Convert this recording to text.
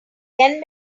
ten